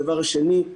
הדבר השני,